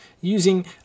using